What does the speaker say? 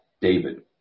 David